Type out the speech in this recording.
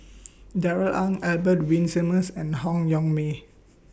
Darrell Ang Albert Winsemius and Han Yong May